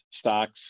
stocks